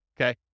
okay